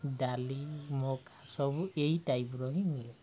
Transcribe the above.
ଡାଲି ମକା ସବୁ ଏଇ ଟାଇପର ହିଁ ମିଳେ